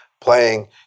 playing